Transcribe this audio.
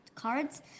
Cards